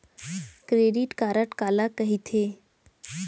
Credit card काला कहिथे?